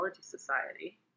Society